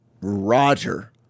Roger